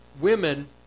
women